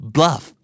Bluff